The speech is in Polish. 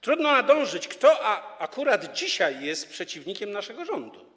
Trudno nadążyć, kto akurat dzisiaj jest przeciwnikiem naszego rządu.